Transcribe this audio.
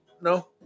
no